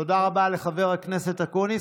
תודה רבה לחבר הכנסת אקוניס.